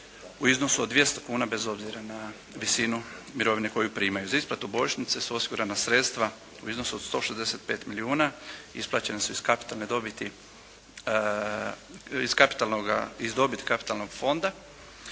u iznosu od 200 kuna bez obzira na visinu mirovine koju primaju. Za isplatu božićnice su osigurana sredstva u iznosu od 165 milijuna, isplaćene su iz dobiti kapitalnoga fonda